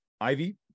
Ivy